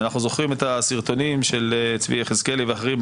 אנחנו זוכרים את הסרטונים של צבי יחזקאלי ואחרים.